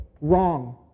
Wrong